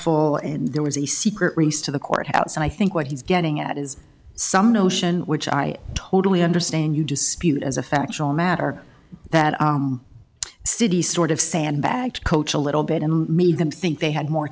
ul and there was a secret reese to the courthouse and i think what he's getting at is some notion which i totally understand you dispute as a factual matter that city sort of sandbagged coach a little bit and made them think they had more